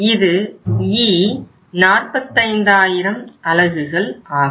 இது E 45000 அலகுகள் ஆகும்